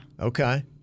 Okay